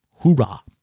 hoorah